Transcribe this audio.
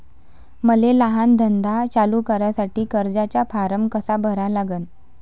मले लहान धंदा चालू करासाठी कर्जाचा फारम कसा भरा लागन?